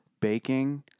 baking